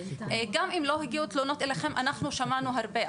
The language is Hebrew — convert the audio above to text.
גם אם לא הגיעו תלונות, אנחנו שמענו הרבה.